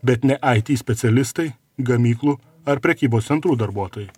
bet ne it specialistai gamyklų ar prekybos centrų darbuotojai